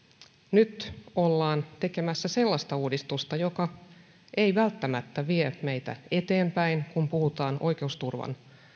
nyt ollaan tekemässä sellaista uudistusta joka ei välttämättä vie meitä eteenpäin kun puhutaan oikeusturvan